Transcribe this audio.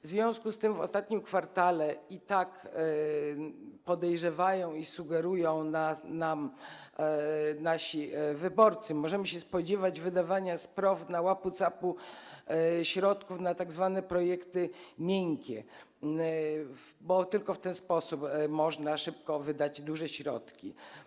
W związku z tym w ostatnim kwartale - tak podejrzewają i sugerują nam nasi wyborcy - możemy się spodziewać wydawania z PROW na łapu-capu środków na tzw. projekty miękkie, bo tylko w ten sposób można szybko wydać duże ilości środków.